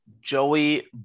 Joey